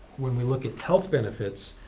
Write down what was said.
when we look at health benefits,